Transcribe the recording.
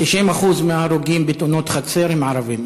90% מההרוגים בתאונות חצר הם ערבים,